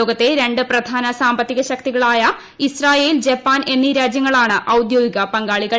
ലോകത്തെ രണ്ട് പ്രധാന സാമ്പത്തിക ശക്തികളായ ഇസ്രയേൽ ജപ്പാൻ എന്നീ രാജ്യങ്ങളാണ് ഔദ്യോഗിക പങ്കാളികൾ